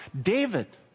David